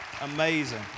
Amazing